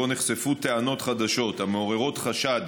שבו נחשפו טענות חדשות המעוררות חשד